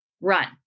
run